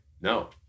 no